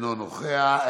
אינו נוכח,